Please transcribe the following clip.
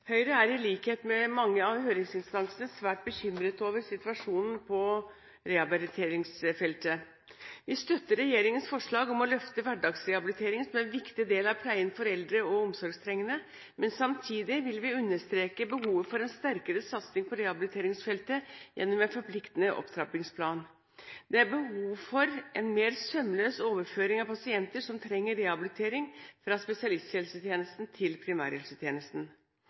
Høyre er – i likhet med mange av høringsinstansene – svært bekymret over situasjonen på rehabiliteringsfeltet. Vi støtter regjeringens forslag om å løfte hverdagsrehabilitering som en viktig del av pleien for eldre og omsorgstrengende, men samtidig vil vi understreke behovet for en sterkere satsing på rehabiliteringsfeltet gjennom en forpliktende opptrappingsplan. Det er behov for en mer sømløs overføring av pasienter som trenger rehabilitering – fra spesialisthelsetjenesten til primærhelsetjenesten.